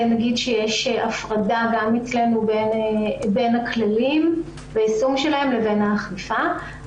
נגיד שיש הפרדה גם אצלנו בין הכללים והיישום שלהם לבין האכיפה.